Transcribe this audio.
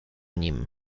nim